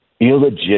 illegitimate